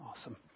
Awesome